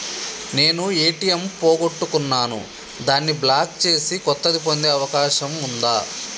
నేను ఏ.టి.ఎం పోగొట్టుకున్నాను దాన్ని బ్లాక్ చేసి కొత్తది పొందే అవకాశం ఉందా?